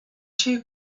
two